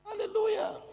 Hallelujah